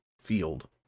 field